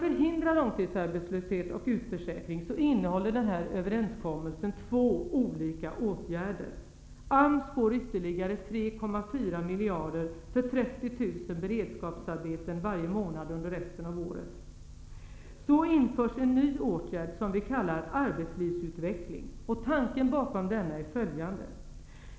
Överenskommelsen innehåller två olika åtgärder för att förhindra långtidsarbetslöshet och utförsäkring. Dessutom införs en ny åtgärd som vi kallar arbetslivsutveckling. Tanken bakom denna är följande.